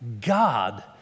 God